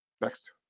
next